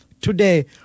today